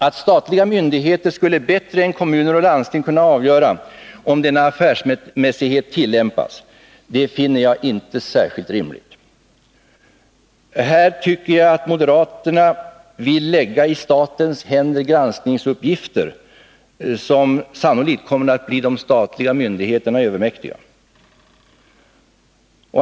Att statliga myndigheter skulle bättre än kommuner och landsting kunna avgöra om affärsmässighet tillämpas finner jag inte särskilt rimligt. Här tycker jag att moderaterna i statens händer vill lägga granskningsuppgifter som sannolikt kommer att bli de statliga myndigheterna övermäktiga.